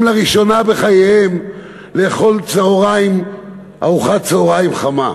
לראשונה בחייהם לאכול ארוחת צהריים חמה,